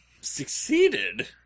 Succeeded